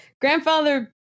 grandfather